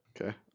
Okay